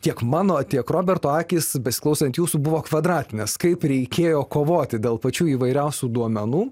tiek mano tiek roberto akys besiklausant jūsų buvo kvadratinės kaip reikėjo kovoti dėl pačių įvairiausių duomenų